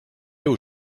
aux